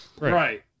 Right